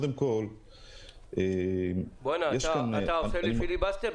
אתה עושה לי פיליבסטר?